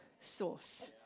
source